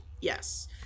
yes